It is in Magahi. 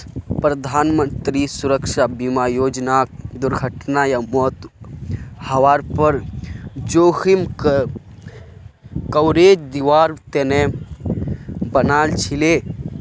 प्रधानमंत्री सुरक्षा बीमा योजनाक दुर्घटना या मौत हवार पर जोखिम कवरेज दिवार तने बनाल छीले